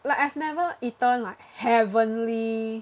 like I've never eaten like heavenly